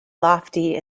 lofty